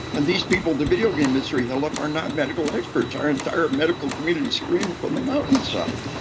and these people the video game industry held up are not medical experts our entire medical community's screaming from the mountainside.